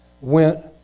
went